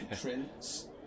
prince